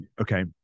Okay